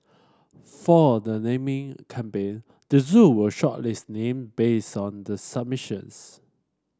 for the naming campaign the zoo will shortlist name based on the submissions